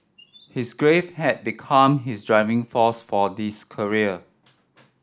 his grief had become his driving force for this career